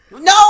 No